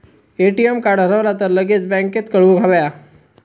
ATM card हरवला तर लगेच बँकेत कळवुक हव्या